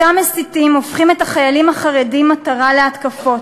אותם מסיתים הופכים את החיילים החרדים מטרה להתקפות,